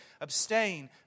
Abstain